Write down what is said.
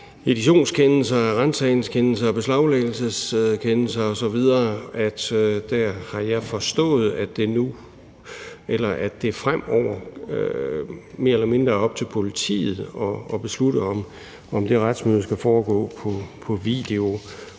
editionskendelser og ransagningskendelser og beslaglæggelseskendelser osv. Og der har jeg forstået, at det fremover mere eller mindre er op til politiet at beslutte, om det retsmøde skal foregå på video.